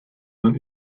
man